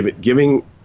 giving